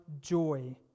joy